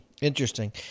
Interesting